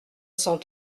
cent